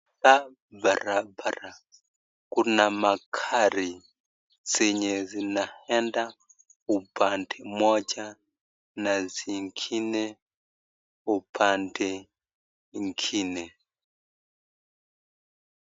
Barabara, kuna magari zenye zinaenda upande mmoja na zingine upande mwingine.